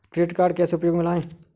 Credit card कैसे उपयोग में लाएँ?